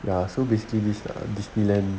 ya so basically this disneyland